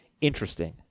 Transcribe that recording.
interesting